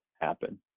happen